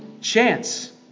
chance